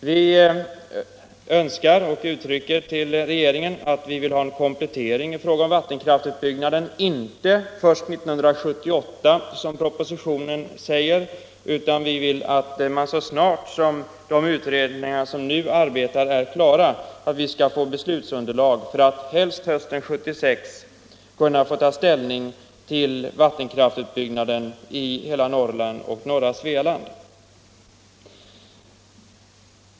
Vi önskar en komplettering i fråga om vattenkraftsutbyggnaden inte först 1978, som propositionen säger, utan så snart som de utredningar som nu arbetar är klara. Vi önskar få beslutsunderlag för att helst hösten 1976 kunna ta ställning till vattenkraftsutbyggnaden i hela Norrland och norra Svealand.